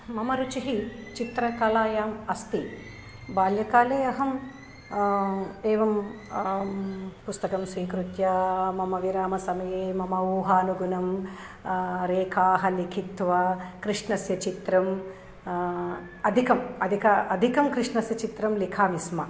मम रुचिः चित्रकलायाम् अस्ति बाल्यकाले अहम् एवं पुस्तकं स्वीकृत्य मम विरामसमये मम ऊहानुगुणं रेखाः लिखित्वा कृष्णस्य चित्रम् अधिकम् अधिकम् अधिकं कृष्णस्य चित्रं लिखामि स्म